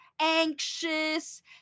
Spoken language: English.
anxious